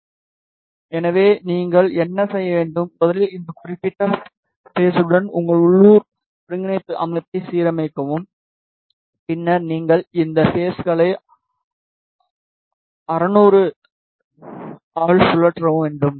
இப்போது நீங்கள் என்ன செய்ய வேண்டும் முதலில் இந்த குறிப்பிட்ட பேஸுடன் உங்கள் உள்ளூர் ஒருங்கிணைப்பு அமைப்பை சீரமைக்கவும் பின்னர் நீங்கள் இந்த பேஸ்களை 600 ஆல் சுழற்றவும் வேண்டும்